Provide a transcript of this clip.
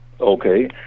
Okay